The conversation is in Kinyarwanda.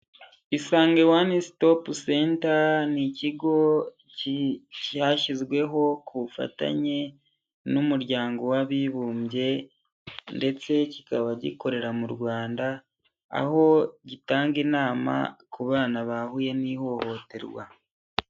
Isange wani sitopu senta ni ikigo cyashyizweho ku bufatanye n'umuryango w'Abibumbye ndetse kikaba gikorera mu Rwanda, aho gitanga inama ku bana bahuye n'ihohoterwa.